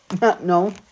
No